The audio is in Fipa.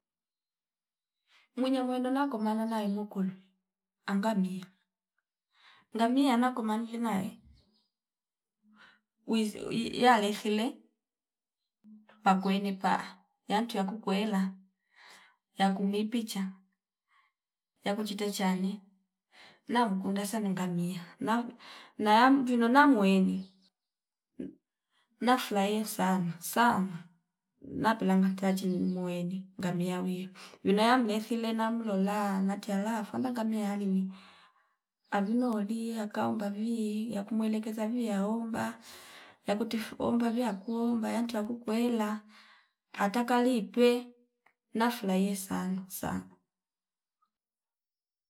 Mwinya mwendo nakomana nana imu kuli anga mhia ngamia anakoma mli mae wizi iyalifile pakwene paa yantu yakukwela yakumi picha yakuchita chani namkunda sana ngamia na- na- nayamvino na ngweni nafulahia sana sana napelanga tachi nimuweni ngamia wia vino ya vilefile namlola natialafa fanda ngamia alimi amnolia kaomba viwiwi yakumueleke zivi yaomba yakutifu omba vya kuomba yantu wakukwela ata kalipe nafulahie sana sana